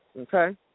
okay